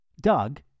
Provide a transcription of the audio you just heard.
Doug